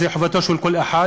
זאת חובתו של כל אחד,